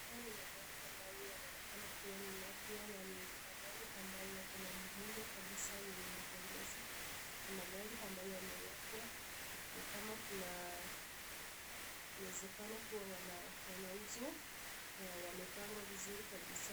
Haya ni magari ambayo yanaonekana kuwa nyuma pia ni magari ambayo yana muundo unaopendeza. Magari ambayo yamewekwa ni kama kuna uwezekano kuwa yanauzwa na yamepangwa vizuri kabisa.